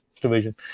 division